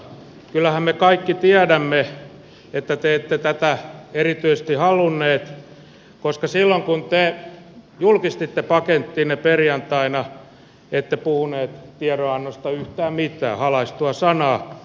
kyllähän me kaikki tiedämme että te ette tätä erityisesti halunneet koska silloin kun te julkistitte pakettinne perjantaina ette puhuneet tiedonannosta yhtään mitään halaistua sanaa